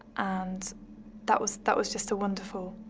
and that was that was just a wonderful